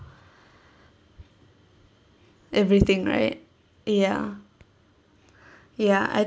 everything right ya ya I